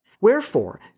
Wherefore